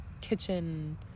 kitchen